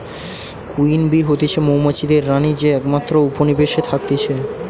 queen bee হতিছে মৌমাছিদের রানী যে একমাত্র যে উপনিবেশে থাকতিছে